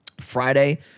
Friday